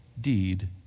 deed